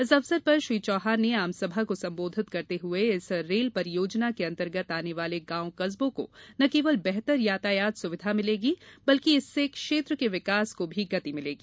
इस अवसर पर श्री चौहान ने आमसभा को संबोधित करते हुए कहा कि इस रेल परियोजना के अंतर्गत आने वाले गाँव कस्बो को न केवल बेहतर यातायात सुविधा मिलेगी बल्कि इससे क्षेत्र के विकास को भी गति मिलेगी